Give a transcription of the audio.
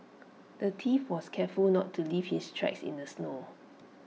the thief was careful not leave his tracks in the snow